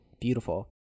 beautiful